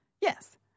Yes